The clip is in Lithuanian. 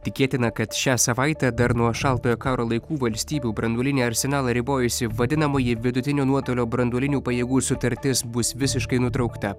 tikėtina kad šią savaitę dar nuo šaltojo karo laikų valstybių branduolinį arsenalą ribojusi vadinamoji vidutinio nuotolio branduolinių pajėgų sutartis bus visiškai nutraukta